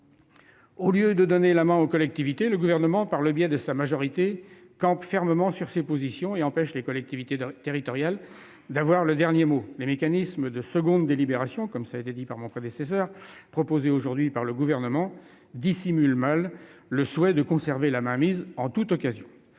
Au lieu de donner la main aux collectivités, le Gouvernement, par le biais de sa majorité, campe fermement sur ses positions et empêche les collectivités territoriales d'avoir le dernier mot. Les mécanismes de seconde délibération proposés aujourd'hui par le Gouvernement dissimulent mal son souhait de conserver la main en toute occasion.